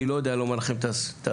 אני לא יודע לומר לכם את הסכום,